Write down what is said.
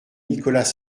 nicolas